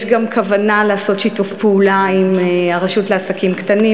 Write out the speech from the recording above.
יש גם כוונה לעשות שיתוף פעולה עם הרשות לעסקים קטנים,